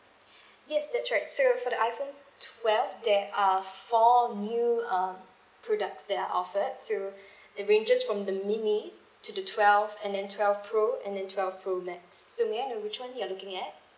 yes that's right so for the iphone twelve there are four new um products that are offered so it ranges from the mini to the twelve and then twelve pro and then twelve pro max so may I know which one you're looking at